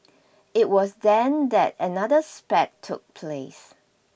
it was then that another spat took place